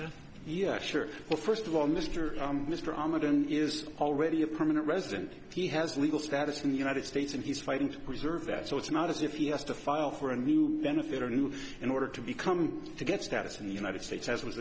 that well first of all mr mr ahmed in is already a permanent resident he has legal status in the united states and he's fighting to preserve that so it's not as if he has to file for a new benefit or new in order to become to get status in the united states as was